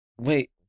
Wait